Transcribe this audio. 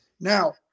Now